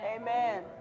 Amen